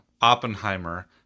Oppenheimer